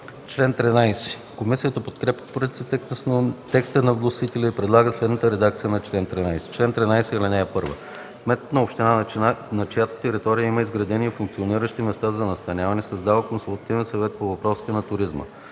БОЙЧЕВ: Комисията подкрепя по принцип текста на вносителя и предлага следната редакция на чл. 13: „Чл. 13. (1) Кметът на община, на чиято територия има изградени и функциониращи места за настаняване, създава консултативен съвет по въпросите на туризма.